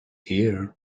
here